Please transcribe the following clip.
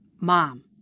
Mom